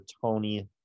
Tony